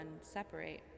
separate